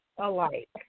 alike